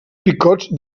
picots